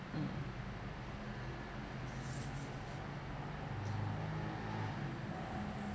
mm